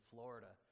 Florida